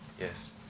Yes